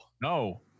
No